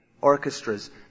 orchestras